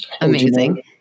amazing